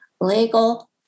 legal